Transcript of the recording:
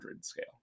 scale